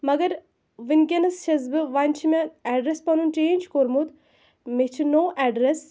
مگر وُنکٮ۪نَس چھَس بہٕ وۅنۍ چھِ مےٚ ایڈرَس پَنُن چینج کوٚرمُت مےٚ چھُ نوٚو ایڈرَس